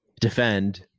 defend